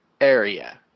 area